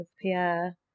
Pierre